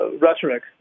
rhetoric